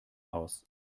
aus